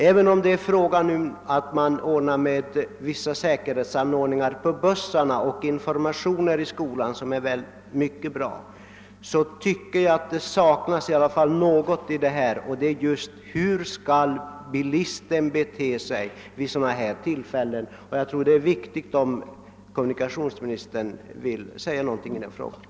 även om det införs vissa säkerhetsanordningar på bussarna och anordnas information i skolorna — vilket är mycket bra — tycker jag det är något som saknas, nämligen just hur bilisten skall bete sig vid sådana tillfällen. Jag tror att det är av stort värde om kommunikationsministern vill säga någonting i den saken.